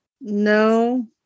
no